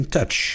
Touch